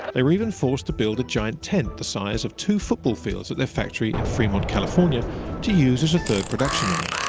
they were even forced to build a giant tent the size of two football fields at the factory in fremont, california to use as a third production line,